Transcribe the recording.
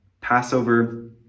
Passover